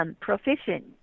Proficient